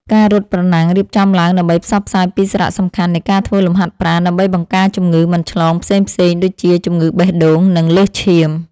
ការរត់ប្រណាំងរៀបចំឡើងដើម្បីផ្សព្វផ្សាយពីសារៈសំខាន់នៃការធ្វើលំហាត់ប្រាណដើម្បីបង្ការជំងឺមិនឆ្លងផ្សេងៗដូចជា ជំងឺបេះដូង និងលើសឈាម។